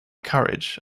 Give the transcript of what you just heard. courage